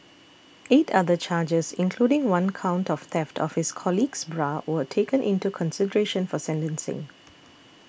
eight other charges including one count of theft of his colleague's bra were taken into consideration for sentencing